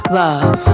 love